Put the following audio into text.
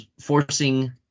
forcing